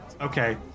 Okay